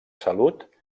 salut